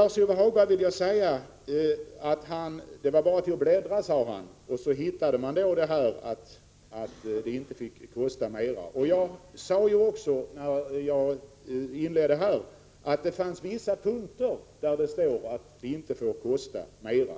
Lars-Ove Hagberg sade att det bara är att bläddra i direktiven, så finner man genast att det står att det inte får kosta mera. Jag sade inledningsvis att det beträffande vissa punkter står att det inte får kosta mera.